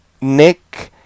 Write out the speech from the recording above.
Nick